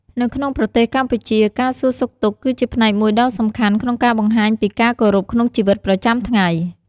នៅក្នុងប្រទេសកម្ពុជា ការសួរសុខទុក្ខគឺជាផ្នែកមួយដ៏សំខាន់ក្នុងការបង្ហាញពីការគោរពក្នុងជីវិតប្រចាំថ្ងៃ។